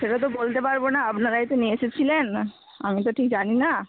সেটা তো বলতে পারবনা আপনারাই তো নিয়ে এসেছিলেন আমি তো ঠিক জানিনা